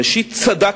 ראשית, צדקת,